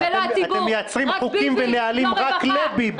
אתם מייצרים חוקים ונהלים רק לביבי.